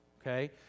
Okay